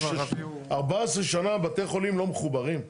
14 שנה בתי חולים לא מחוברים?